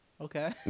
Okay